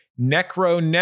Necro